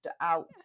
out